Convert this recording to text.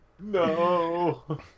No